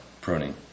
pruning